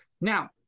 Now